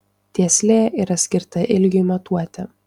tieslė yra skirta ilgiui matuoti